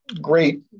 great